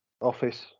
office